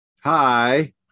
Hi